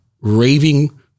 raving